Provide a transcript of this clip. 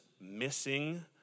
missing